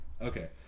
Okay